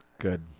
Good